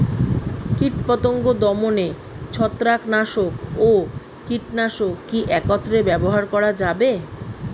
কীটপতঙ্গ দমনে ছত্রাকনাশক ও কীটনাশক কী একত্রে ব্যবহার করা যাবে?